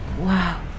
Wow